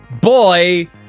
boy